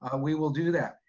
ah we will do that.